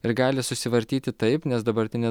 ir gali susivartyti taip nes dabartinė